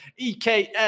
EKS